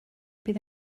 bydd